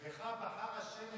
בך בחר השם